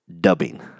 dubbing